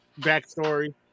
backstory